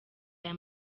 aya